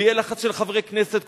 ויהיה לחץ של חברי כנסת,